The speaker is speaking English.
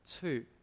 Two